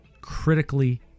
critically